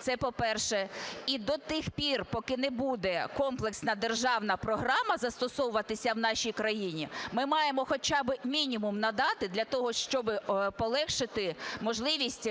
це по-перше. І до тих пір, поки не буде комплексна державна програма застосовуватися в нашій країні, ми маємо хоча би мінімум надати для того, щоб полегшити можливість